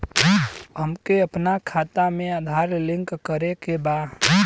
हमके अपना खाता में आधार लिंक करें के बा?